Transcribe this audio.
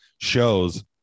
shows